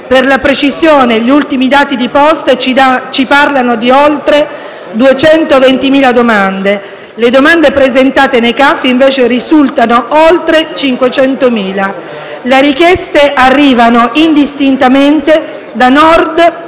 Per la precisione, gli ultimi dati di Poste italiane ci parlano di oltre 220.000 domande. Le domande presentate tramite i CAF, invece, risultano essere oltre 500.000. Le richieste arrivano indistintamente da Nord a Sud.